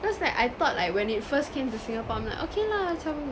cause like I thought like when it first came to singapore I'm like okay lah macam